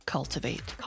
Cultivate